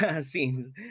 scenes